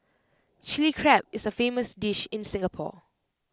Chilli Crab is A famous dish in Singapore